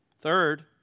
Third